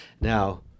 Now